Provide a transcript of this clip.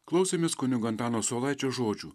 klausėmės kunigo antano saulaičio žodžių